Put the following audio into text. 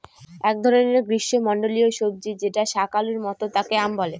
এক ধরনের গ্রীস্মমন্ডলীয় সবজি যেটা শাকালুর মত তাকে য়াম বলে